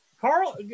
Carl